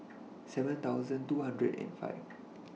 seven thousand two hundred and five